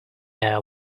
air